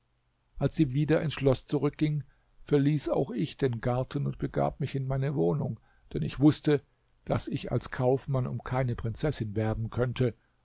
als sie wieder ins schloß zurückging verließ auch ich den garten und begab mich in meine wohnung denn ich wußte daß ich als kaufmann um keine prinzessin werben könnte